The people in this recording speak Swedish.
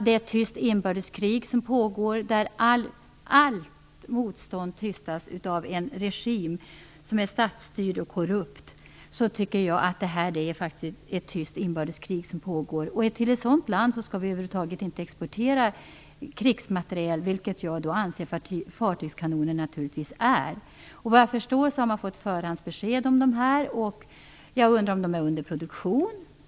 Det är ett tyst inbördeskrig som pågår. Allt motstånd tystas av en regim som är korrupt. Det är faktiskt ett tyst inbördeskrig som pågår i Indonesien, och till ett sådant land skall vi över huvud taget inte exportera krigsmateriel, vilket jag anser att fartygskanoner är. Efter vad jag förstår har man fått ett förhandsbesked om kanonerna. Jag undrar om de är under produktion.